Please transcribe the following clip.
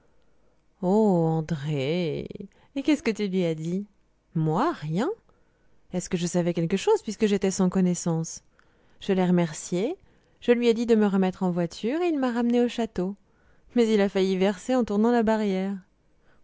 oh andrée et qu'est-ce que tu lui as dit moi rien est-ce que je savais quelque chose puisque j'étais sans connaissance je l'ai remercié je lui ai dit de me remettre en voiture et il m'a ramenée au château mais il a failli verser en tournant la barrière